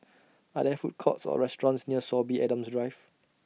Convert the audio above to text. Are There Food Courts Or restaurants near Sorby Adams Drive